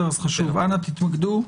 אנא תתמקדו,